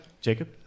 Jacob